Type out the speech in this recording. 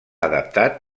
adaptat